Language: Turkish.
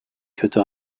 kötü